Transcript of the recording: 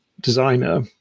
designer